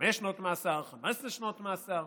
חמש שנות מאסר, 15 שנות מאסר.